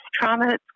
trauma